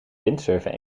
windsurfen